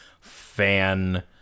fan